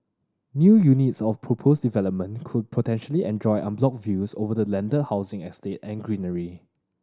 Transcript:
new units of proposed development could potentially enjoy unblocked views over the landed housing estate and greenery